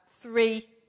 three